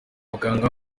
muganga